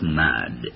mad